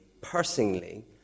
personally